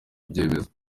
ibyemezo